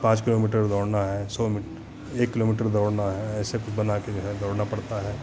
पाँच किलोमीटर दौड़ना है सौ एक किलोमीटर दौड़ना है ऐसे कुछ बनाकर जो है दौड़ना पड़ता है